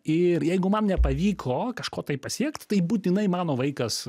ir jeigu man nepavyko kažko tai pasiekt tai būtinai mano vaikas